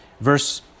Verse